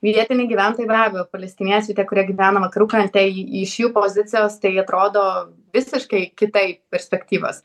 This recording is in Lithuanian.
vietiniai gyventojai be abejo palestiniečiai tie kurie gyvena vakarų krante j iš jų pozicijos tai atrodo visiškai kitaip perspektyvos